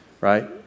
right